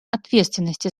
ответственности